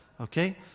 okay